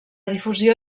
difusió